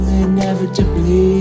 inevitably